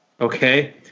Okay